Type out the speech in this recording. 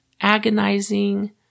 agonizing